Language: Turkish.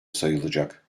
sayılacak